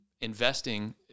investing